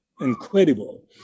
incredible